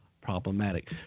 Problematic